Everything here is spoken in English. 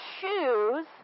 choose